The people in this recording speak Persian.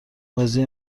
بازی